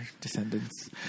descendants